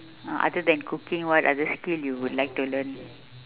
ah other than cooking what other skill you would like to learn